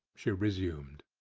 she resumed.